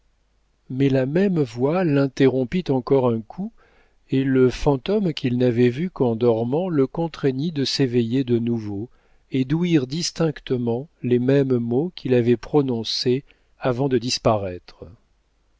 mais la même voix l'interrompit encore un coup et le fantôme qu'il n'avait vu qu'en dormant le contraignit de s'éveiller de nouveau et d'ouïr distinctement les mêmes mots qu'il avait prononcés avant de disparaître